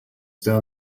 their